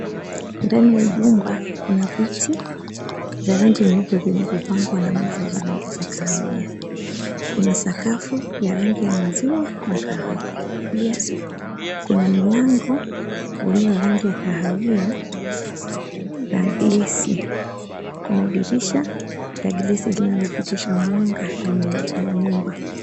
Ndani ya jumba kuna viti vya rangi nyeupe vilivyo pangwa na meza za rangi ya kahawia. Kuna sakafu ya rangi ya maziwa na kahawia, pia kuna mlango ulio rangi ya kahawia na glesi, kuna dirisha na glesi zinazopitisha mwanga ndani ya nyumba.